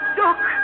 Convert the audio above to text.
look